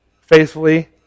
faithfully